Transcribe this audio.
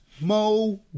Mo